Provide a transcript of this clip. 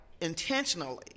intentionally